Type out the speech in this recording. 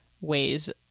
ways